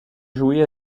joué